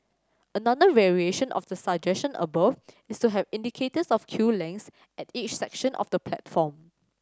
another variation of the above is to have indicators of queue lengths at each section of the platform